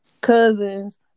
cousins